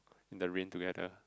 the rain together